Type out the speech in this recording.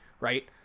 right